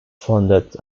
funded